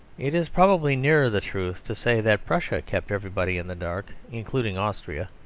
it is probably nearer the truth to say that prussia kept everybody in the dark, including austria.